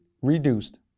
reduced